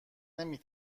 نمی